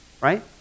right